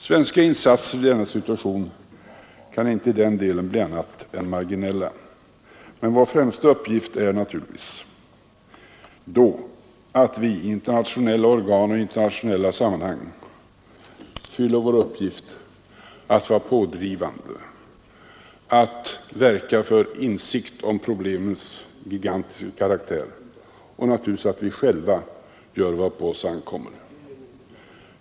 Svenska insatser kan i denna situation inte i den delen bli annat än marginella, och vår främsta uppgift blir naturligtvis att vi i internationella organ och internationella sammanhang fyller vår funktion att vara pådrivande, att verka för insikt om problemens gigantiska karaktär och naturligtvis att själva göra vad på oss ankommer.